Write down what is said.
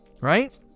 Right